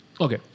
Okay